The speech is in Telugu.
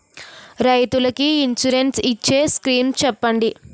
రైతులు కి ఇన్సురెన్స్ ఇచ్చే స్కీమ్స్ చెప్పండి?